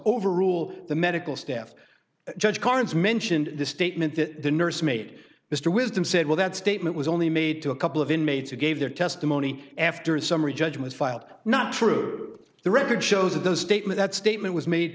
overrule the medical staff judge carnes mentioned the statement that the nurse made mr wisdom said well that statement was only made to a couple of inmates who gave their testimony after a summary judgment filed not true the record shows of the statement that statement was made